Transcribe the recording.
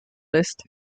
ist